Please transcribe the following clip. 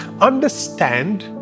understand